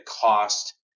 cost